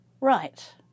right